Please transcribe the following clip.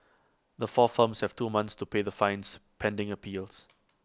the four firms have two months to pay the fines pending appeals